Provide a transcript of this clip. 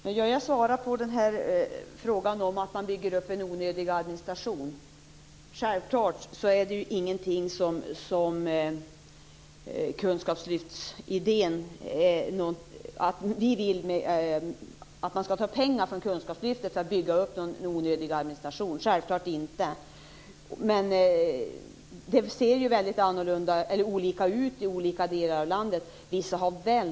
Herr talman! Jag skall svara på frågan om ifall man bygger upp en onödig administration. Vi vill självfallet inte att man skall ta pengar från kunskapslyftet för att bygga upp en sådan. Men det ser väldigt olika ut i olika delar av landet.